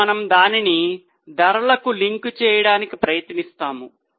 ఇప్పుడు మనము దానిని ధరలకు లింక్ చేయడానికి ప్రయత్నిస్తాము